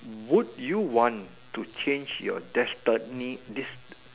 would you want to change your destiny this